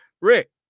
Rick